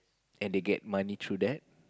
and they get money through that